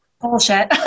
Bullshit